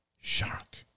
shark